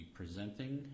presenting